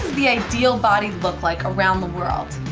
the ideal body look like around the world?